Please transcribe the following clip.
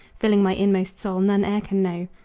filling my inmost soul, none e'er can know.